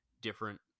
different